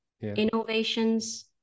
innovations